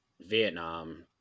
Vietnam